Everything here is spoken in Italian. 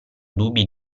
dubbi